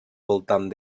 voltant